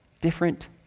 different